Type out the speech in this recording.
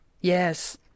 Yes